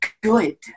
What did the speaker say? good